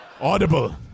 Audible